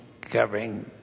covering